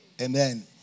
Amen